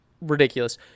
ridiculous